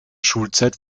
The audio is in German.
schulzeit